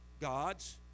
gods